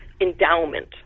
endowment